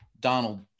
Donald